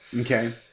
Okay